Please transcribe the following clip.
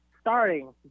starting